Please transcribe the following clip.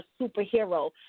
superhero